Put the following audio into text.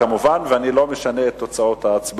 בעד כמובן, ואני לא משנה את תוצאות ההצבעה.